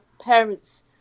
parents